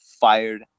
fired